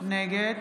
נגד